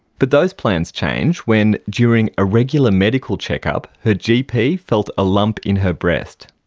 but those plans changed when during a regular medical check-up her gp felt a lump in her breast.